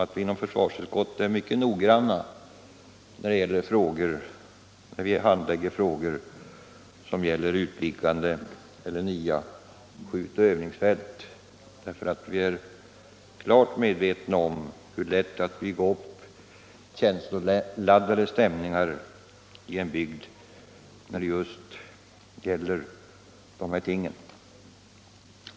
Vi är inom försvarsutskottet mycket noggranna när vi handlägger frågor som gäller utvidgande av skjutoch övningsfält eller anläggande av nya sådana, för vi är klart medvetna om hur lätt det är att bygga upp känsloladdade stämningar i en bygd just kring dessa ting.